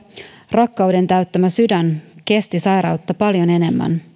rakkauden täyttämä sydän kesti sairautta paljon enemmän